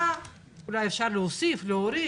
אולי אפשר להוריד,